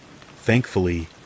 Thankfully